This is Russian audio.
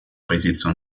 позицию